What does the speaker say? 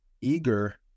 eager